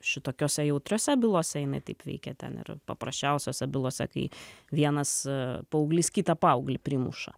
šitokiose jautriose bylose jinai taip veikia ten ir paprasčiausiose bylose kai vienas paauglys kitą paauglį primuša